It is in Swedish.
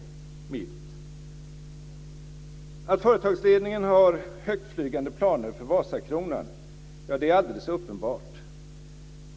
Att företagsledningen har högtflygande planer för Vasakronan är alldeles uppenbart.